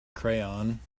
crayon